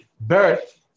birth